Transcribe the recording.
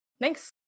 Thanks